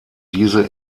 diese